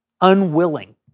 unwilling